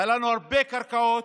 היו לנו הרבה קרקעות,